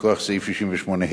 מכוח סעיף 68(ה).